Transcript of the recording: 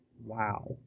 Wow